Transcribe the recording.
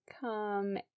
come